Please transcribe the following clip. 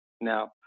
now